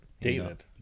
David